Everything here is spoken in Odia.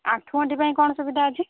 ଆଣ୍ଠୁ ଗଣ୍ଠି ପାଇଁ କ'ଣ ସୁବିଧା ଅଛି